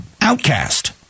outcast